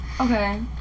okay